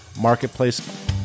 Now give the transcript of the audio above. marketplace